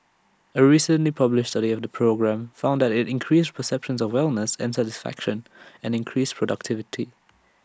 A recently published study of the program found that IT increased perceptions of wellness and satisfaction and increased productivity